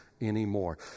anymore